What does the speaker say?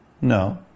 No